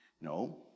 No